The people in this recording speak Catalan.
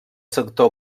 sector